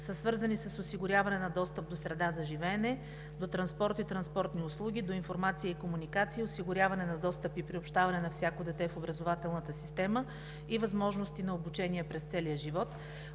са свързани с осигуряване на достъп до среда за живеене; до транспорт и транспортни услуги; до информация и комуникация; осигуряване на достъп и приобщаване на всяко дете в образователната система и възможности за обучение през целия живот;